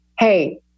hey